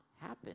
happen